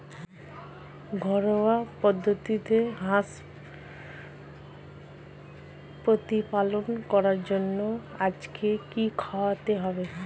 ঘরোয়া পদ্ধতিতে হাঁস প্রতিপালন করার জন্য আজকে কি খাওয়াতে হবে?